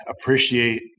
appreciate